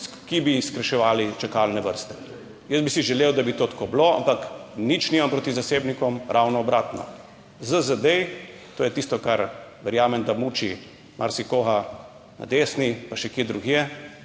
Ki bi skrajševali čakalne vrste. Jaz bi si želel, da bi to tako bilo, ampak nič nimam proti zasebnikom, ravno obratno. ZZD, to je tisto, kar verjamem, da muči marsikoga na desni, pa še kje drugje,